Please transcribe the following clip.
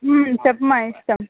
చెప్పుమా ఇస్తాను